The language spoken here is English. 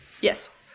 yes